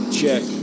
check